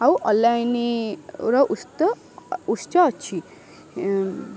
ଆଉ ଅନଲାଇନ୍ର ଉତ୍ସ ଉତ୍ସ ଅଛି